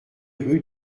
rue